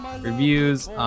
reviews